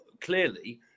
Clearly